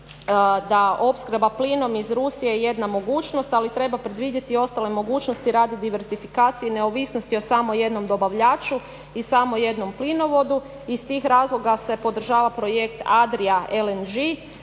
je opskrba plinom iz Rusije jedna mogućnost, ali treba predvidjeti i ostale mogućnosti radi diversifikacije i neovisnosti o samo jednom dobavljaču i samo jednom plinovodu. Iz tih razloga se podržava projekt Adria LNG,